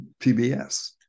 PBS